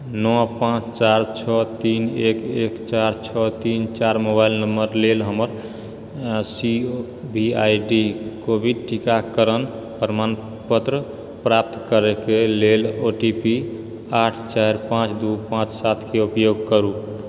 नओ पाँच चारि छओ तीन एक एक चारि छओ तीन चारि मोबाइल नंबरके लेल हमर C O V I D टीकाकरणक प्रमाणपत्र प्राप्त करैक लेल ओ टी पी आठ चारि पाँच दू पाँच सात के उपयोग करु